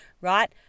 right